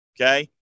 okay